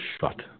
shut